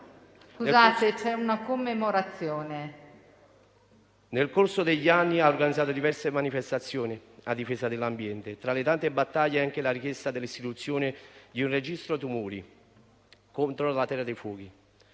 Nel corso degli anni ha organizzato diverse manifestazioni a difesa dell'ambiente; tra le tante battaglie ricordo anche la richiesta della istituzione di un registro tumori nella Terra dei fuochi.